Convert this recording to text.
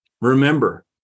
Remember